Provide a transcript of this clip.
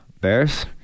Bears